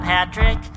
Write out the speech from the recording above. Patrick